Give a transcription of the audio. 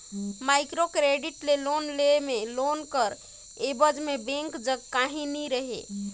micro credit ले loan लेय में लोन कर एबज में बेंक जग काहीं नी रहें